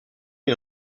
une